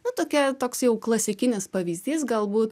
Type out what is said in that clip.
nu tokia toks jau klasikinis pavyzdys galbūt